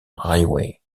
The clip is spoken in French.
railway